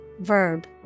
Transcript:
verb